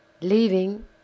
leaving